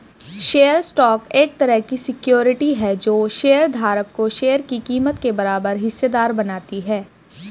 share stock एक तरह की सिक्योरिटी है जो शेयर धारक को शेयर की कीमत के बराबर हिस्सेदार बनाती है